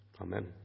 Amen